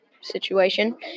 situation